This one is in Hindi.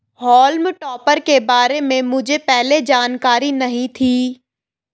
हॉल्म टॉपर के बारे में मुझे पहले जानकारी नहीं थी